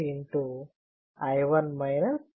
Vx K